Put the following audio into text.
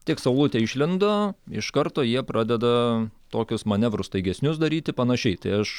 tik saulutė išlindo iš karto jie pradeda tokius manevrus staigesnius daryti panašiai tai aš